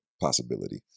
possibility